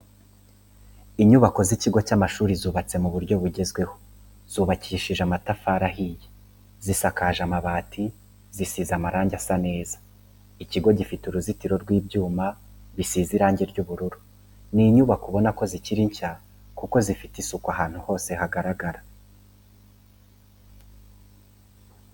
Inyubako y'ikigo cy'amashuri zubatse mu buryo bugezweho zubakishije amatafari ahiye zisakaje amabati zisize amarange asa neza, ikigo gifite uruzitiro rw'ibyuma bisize irangi ry'ubururu. Ni inyubako ubona ko zikiri nshya kuko zifite isuku ahantu hose hagaragara.